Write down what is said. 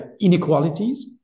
Inequalities